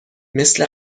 مثل